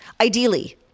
ideally